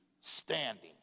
standing